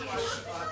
הצבעתם על ועדה?